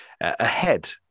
ahead